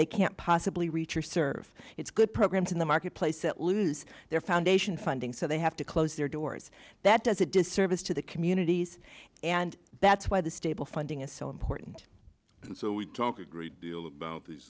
they can't possibly reach or serve it's good programs in the marketplace that lose their foundation funding so they have to close their doors that does a disservice to the communities and that's why the stable funding is so important and so we talk a great deal about these